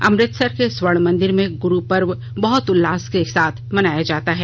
अमृतसर के स्वर्ण मंदिर में गुरु पर्व बहत उल्लास से मनाया जाता है